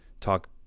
talk